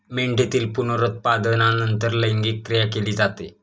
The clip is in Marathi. मेंढीतील पुनरुत्पादनानंतर लैंगिक क्रिया केली जाते